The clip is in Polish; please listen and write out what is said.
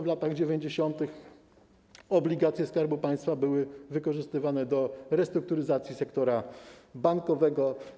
W latach 90. obligacje Skarbu Państwa były wykorzystywane do restrukturyzacji sektora bankowego.